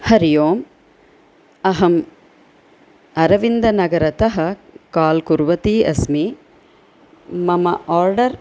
हरि ओम् अहम् अरविन्दनगरतः काल् कुर्वती अस्मि मम आर्डर्